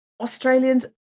Australians